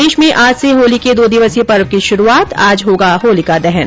प्रदेश में आज से होली के दो दिवसीय पर्व की शुरूआत आज होगा होलिका दहन